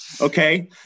okay